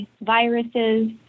viruses